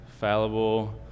fallible